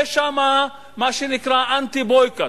יש מה שנקרא anti-boycott,